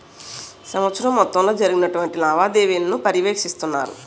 సంవత్సరం మొత్తంలో జరిగినటువంటి లావాదేవీలను పర్యవేక్షిస్తారు